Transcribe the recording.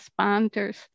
responders